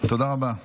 תודה רבה.